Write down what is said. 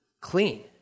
Clean